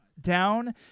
down